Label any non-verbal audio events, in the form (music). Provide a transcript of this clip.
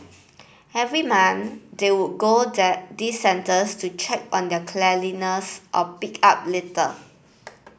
every month they would go (unintelligible) these centres to check on their cleanliness or pick up litter